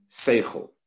Seichel